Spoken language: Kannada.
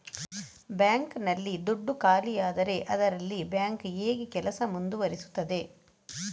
ಬ್ಯಾಂಕ್ ನಲ್ಲಿ ದುಡ್ಡು ಖಾಲಿಯಾದರೆ ಅದರಲ್ಲಿ ಬ್ಯಾಂಕ್ ಹೇಗೆ ಕೆಲಸ ಮುಂದುವರಿಸುತ್ತದೆ?